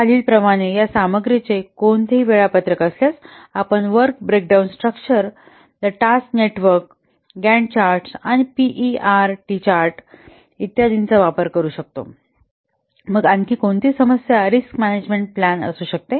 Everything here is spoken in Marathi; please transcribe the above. खालील प्रमाणे या सामग्रीचे कोणतेही वेळापत्रक असल्यास आपण work break down structure the task network Gantt chart आणि पीईआरटी चार्ट इत्यादि चा वापर करू शकतो मग आणखी कोणती सामग्री रिस्क मॅनेजमेंट प्लान असू शकते